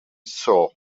saw